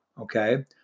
okay